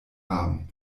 haben